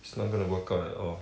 it's not gonna work out at all